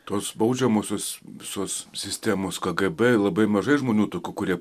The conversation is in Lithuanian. tos baudžiamosios visos sistemos kgb labai mažai žmonių tokių kurie